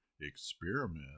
experiment